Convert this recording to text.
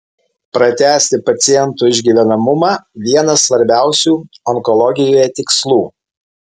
pratęsti paciento išgyvenamumą vienas svarbiausių onkologijoje tikslų